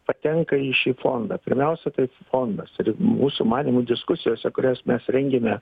patenka į šį fondą pirmiausia tai fondas ir mūsų manymu diskusijose kurias mes rengėme